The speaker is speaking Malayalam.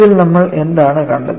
ഇതിൽ നമ്മൾ എന്താണ് കണ്ടത്